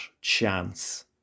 chance